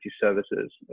services